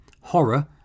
horror